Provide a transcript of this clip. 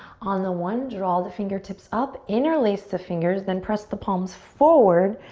on the one, draw the fingertips up, interlace the fingers then press the palms forward,